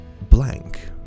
blank